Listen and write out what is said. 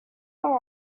all